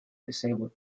disabled